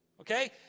okay